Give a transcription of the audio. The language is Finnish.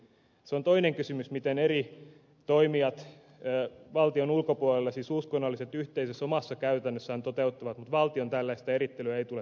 se on toinen kysymys miten eri toimijat valtion ulkopuolella siis uskonnolliset yhteisöt omassa käytännössään toimivat mutta valtion tällaista erittelyä ei tule tukea